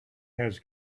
has